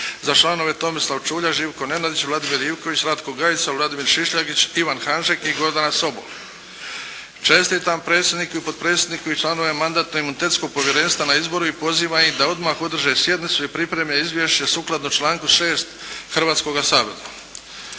za članove Tomislav Čuljak, Živko Nenadić, Vladimir Ivković, Ratko Gajica, Vladimir Šišljagić, Ivan Hanžek i Gordana Sobol. Čestitam predsjedniku i potpredsjedniku i članovima Mandatno-imunitetskog povjerenstva na izboru i pozivam ih da odmah održe sjednicu i pripreme izvješće sukladno članku 6. Hrvatskoga sabora.